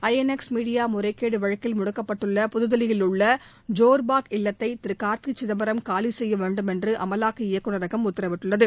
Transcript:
INX media முறைகேடு வழக்கில் முடக்கப்பட்டுள்ள புதுதில்லியில் உள்ள ஜோர்பாக் இல்லத்தை கார்த்தி சிதம்பரம் காலி செய்ய வேண்டுமென்று அமலாக்க இயக்குநரகம் உத்தரவிட்டுள்ளது